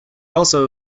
also